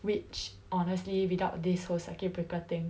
which honestly without this whole circuit breaker thing